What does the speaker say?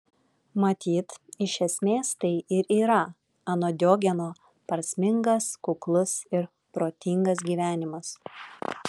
matyt iš esmės tai ir yra anot diogeno prasmingas kuklus ir protingas gyvenimas